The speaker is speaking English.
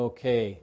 Okay